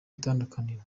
itandukaniro